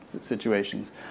situations